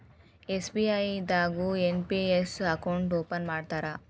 SBI ದಾಗು NPS account open ಮಾಡ್ತಾರಾ